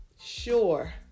Sure